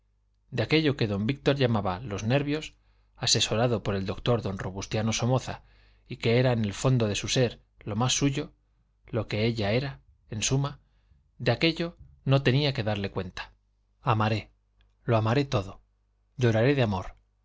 de aquello que don víctor llamaba los nervios asesorado por el doctor don robustiano somoza y que era el fondo de su ser lo más suyo lo que ella era en suma de aquello no tenía que darle cuenta amaré lo amaré todo lloraré de amor